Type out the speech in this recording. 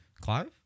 Clive